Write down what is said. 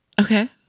Okay